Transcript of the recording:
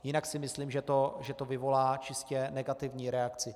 Jinak si myslím, že to vyvolá čistě negativní reakci.